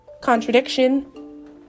contradiction